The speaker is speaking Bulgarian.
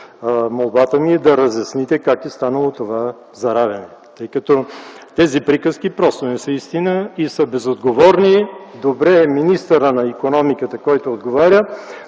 Молбата ми е да разясните как е станало това заравяне, тъй като тези приказки просто не са истина и са безотговорни. Добре е министърът на икономиката, който отговаря,